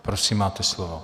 Prosím, máte slovo.